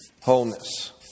wholeness